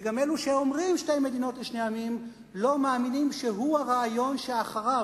וגם אלו שאומרים "שתי מדינות לשני עמים" לא מאמינים שהוא הרעיון שאחריו,